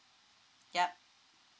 yup